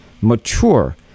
mature